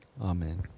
Amen